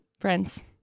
friends